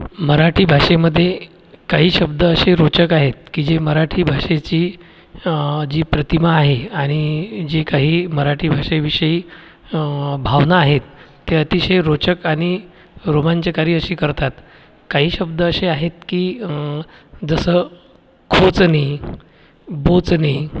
मराठी भाषेमध्ये काही शब्द असे रोचक आहेत की जे मराठी भाषेची जी प्रतिमा आहे आणि जे काही मराठी भाषेविषयी भावना आहेत ते अतिशय रोचक आणि रोमांचकारी अशी करतात काही शब्द असे आहेत की जसं खोचणे बोचणे